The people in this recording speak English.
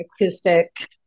acoustic